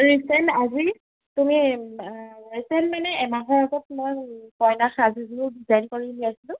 recent আজি তুমি recent মানে এমাহৰ আগত মই কইনাৰ সাজযোৰ ডিজাইন কৰি আছিলোঁ